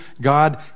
God